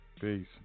Peace